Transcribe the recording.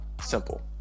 Simple